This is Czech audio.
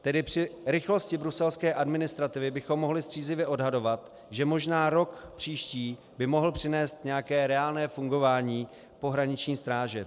Tedy při rychlosti bruselské administrativy bychom mohli střízlivě odhadovat, že možná příští rok by mohl přinést nějaké reálné fungování pohraniční stráže.